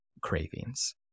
cravings